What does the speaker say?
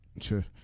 Sure